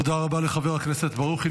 תודה רבה לחבר הכנסת ברוכי.